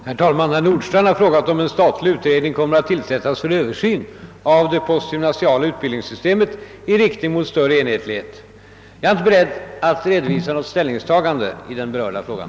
Herr talman! Herr Nordstrandh har frågat mig om en statlig utredning kommer att tillsättas för översyn av det postgymnasiala utbildningssystemet i riktning mot större enhetlighet. Jag är inte beredd att redovisa något ställningstagande i den berörda frågan.